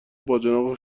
باجناق